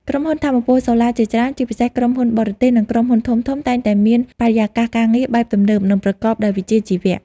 ក្រុមហ៊ុនថាមពលសូឡាជាច្រើន ជាពិសេសក្រុមហ៊ុនបរទេស និងក្រុមហ៊ុនធំៗតែងតែមានបរិយាកាសការងារបែបទំនើប និងប្រកបដោយវិជ្ជាជីវៈ។